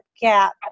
gap